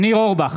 ניר אורבך,